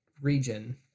region